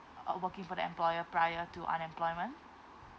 uh working for the employer prior to unemployment